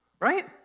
Right